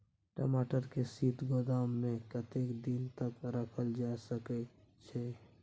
टमाटर के शीत गोदाम में कतेक दिन तक रखल जा सकय छैय?